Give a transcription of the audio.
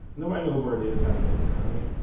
nobody knows where it is, how to get there, right?